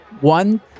One